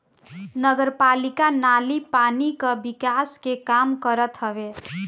नगरपालिका नाली पानी कअ निकास के काम करत हवे